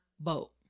vote